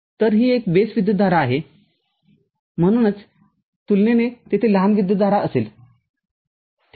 तर ही एक बेस विद्युतधारा आहेम्हणून तुलनेने तेथे लहान विद्युतधारा असेल ठीक आहे